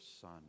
son